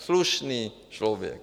Slušný člověk.